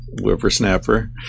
whippersnapper